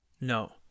No